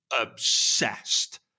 obsessed